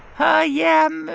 but yeah,